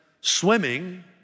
swimming